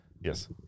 Yes